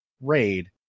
raid